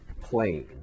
plane